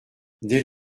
des